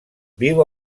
viu